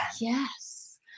Yes